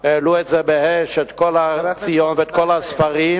העלו באש את כל הציוד ואת כל הספרים.